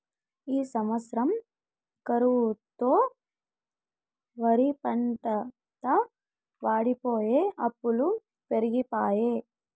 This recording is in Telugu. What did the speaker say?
ఈ సంవత్సరం కరువుతో ఒరిపంటంతా వోడిపోయె అప్పులు పెరిగిపాయె